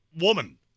woman